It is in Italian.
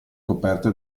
coperte